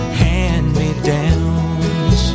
hand-me-downs